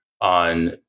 on